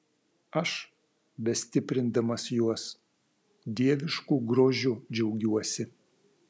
aš bestiprindamas juos dievišku grožiu džiaugiuosi